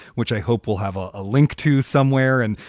which i hope will have ah a link to somewhere. and,